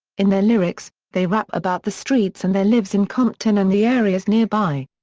in their lyrics, they rap about the streets and their lives in compton and the areas nearby.